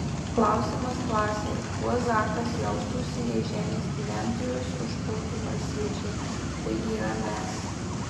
klausimas klasei kuo zakas jaustųsi jei žemės gyventojus užpultų marsiečiai tai yra mes